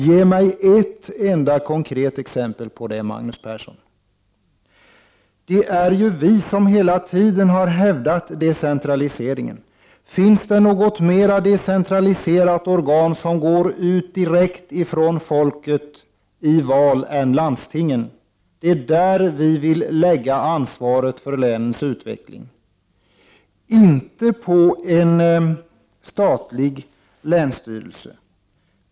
Ge mig ett enda konkret exempel på detta, Magnus Persson! Vi i centerpartiet är ju de som hela tiden har hävdat decentraliseringen. Finns det något mera decentraliserat organ, något organ som utgår mer direkt från folkets vilja genom val än landstingen? Det är på landstingen som vi i centern vill lägga ansvaret för länens utveckling, inte på en statlig länsstyrelse.